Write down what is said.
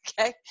Okay